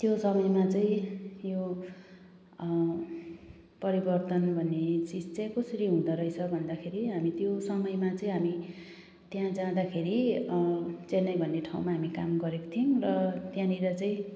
त्यो समयमा चाहिँ यो परिवर्तन भन्ने चिज चाहिँ कसरी हुँदोरहेछ भन्दाखेरि हामी त्यो समयमा त्यहाँ जाँदाखेरि चेन्नई भन्ने ठाउँमा हामी काम गरेको थियौँ र त्यहाँनिर चाहिँ